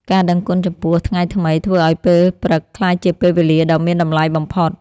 ការដឹងគុណចំពោះថ្ងៃថ្មី ធ្វើឱ្យពេលព្រឹកក្លាយជាពេលវេលាដ៏មានតម្លៃបំផុត។